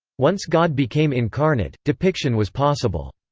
once god became incarnate, depiction was possible.